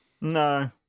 No